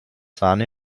sahne